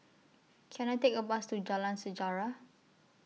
Can I Take A Bus to Jalan Sejarah